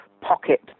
pocket